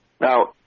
Now